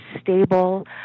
stable